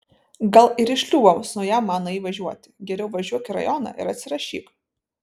gal ir į šliūbą su ja manai važiuoti geriau važiuok į rajoną ir atsirašyk